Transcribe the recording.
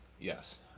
Yes